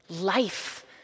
life